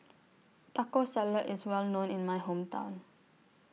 Taco Salad IS Well known in My Hometown